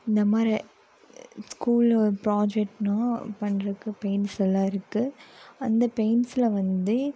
இந்த மாரி ஸ்கூலு ப்ராஜெக்ட்னால் பண்றதுக்கு பெயிண்ட்ஸ் எல்லாம் இருக்குது அந்த பெயிண்ட்ஸில் வந்து